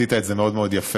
עשית את זה מאוד מאוד יפה.